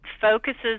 focuses